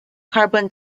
carbon